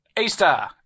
Easter